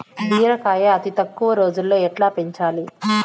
బీరకాయ అతి తక్కువ రోజుల్లో ఎట్లా పెంచాలి?